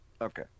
Okay